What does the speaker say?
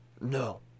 no